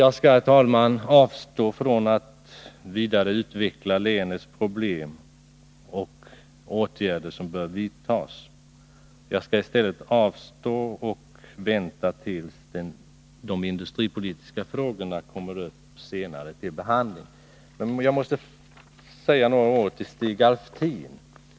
Jag skall, herr talman, avstå från att vidare utveckla länets problem och de åtgärder som bör vidtas. I stället väntar jag tills de industripolitiska frågorna senare kommer upp till behandling. Men jag måste säga några ord till Stig Alftin.